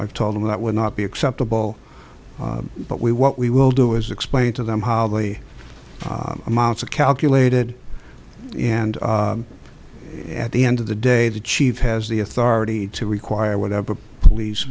on told them that would not be acceptable but we what we will do is explain to them hardly amounts of calculated and at the end of the day the chief has the authority to require whatever police